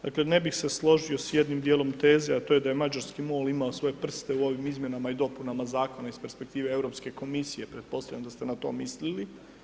Dakle, ne bi se složio s jednim dijelom teze, a to je da je mađarski MOL imao svoje prste u ovim izmjenama i dopunama Zakona iz perspektive Europske komisije, pretpostavljam da ste na to mislili.